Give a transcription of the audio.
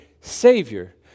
Savior